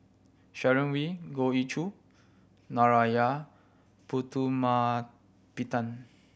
Sharon Wee Goh Ee Choo Narana Putumaippittan